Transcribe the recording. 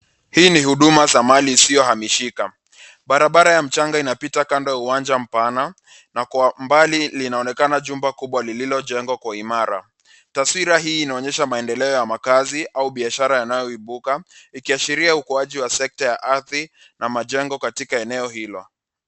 Hii ni huduma ya Mali isiyohamishika . Barabara ya mchanga inapita kando ya uwanja mpana na kwa mbali linaonekana jumba kubwa lililojengwa kwa imara. Taswira hii inaonyesha maendeleo ya makazi au biashara yanayoibuka ikiashiria ukuaji wa sekta ya ardhi na majengo katika eneo hilo.